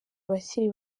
abakiri